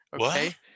okay